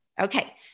Okay